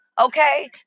Okay